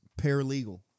paralegal